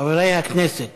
חברי הכנסת